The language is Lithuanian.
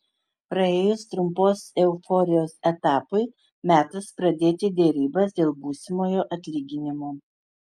praėjus trumpos euforijos etapui metas pradėti derybas dėl būsimojo atlyginimo